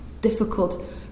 Difficult